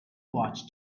watched